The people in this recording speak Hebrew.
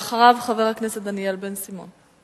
ואחריו, חבר הכנסת דניאל בן-סימון.